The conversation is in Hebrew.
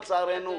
לצערנו.